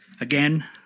Again